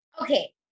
Okay